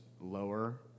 lower